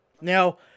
Now